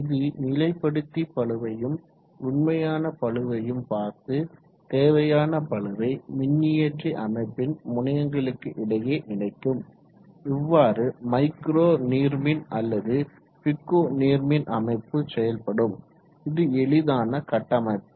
இது நிலைப்படுத்தி பளுவையும் உண்மையான பளுவையும் பார்த்து தேவையான பளுவை மின்னியற்றி அமைப்பின் முனையங்களுக்கு இடையே இணைக்கும் இவ்வாறு மைக்ரோ நீர்மின் அல்லது பிகோ நீர்மின் அமைப்பு செயல்படும் இது எளிதான கட்டமைப்பு